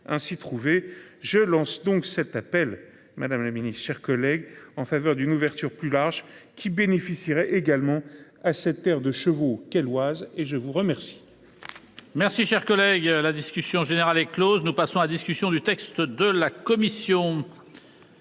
ainsi trouver je lance donc cet appel Madame la Ministre, chers collègues, en faveur d'une ouverture plus large qui bénéficierait également à cette terre de chevaux quel was et je vous remercie.